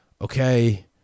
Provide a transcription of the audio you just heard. okay